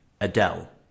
Adele